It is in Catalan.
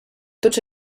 tots